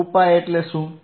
2π એટલે શું